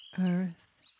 Earth